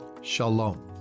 Shalom